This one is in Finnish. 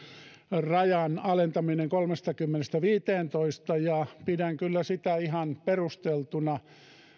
rajan alentaminen kolmestakymmenestä viiteentoista ja pidän kyllä sitä ihan perusteltuna